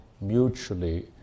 mutually